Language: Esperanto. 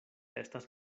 estas